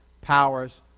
powers